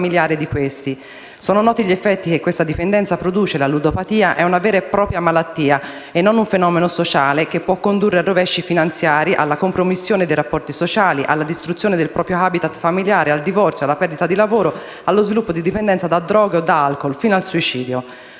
Sono noti gli effetti che questa dipendenza produce: la ludopatia è una vera e propria malattia e non un fenomeno sociale, che può condurre a rovesci finanziari, alla compromissione dei rapporti sociali, alla distruzione del proprio *habitat* familiare, al divorzio, alla perdita del lavoro, allo sviluppo di dipendenza da droghe o da alcol, fino al suicidio.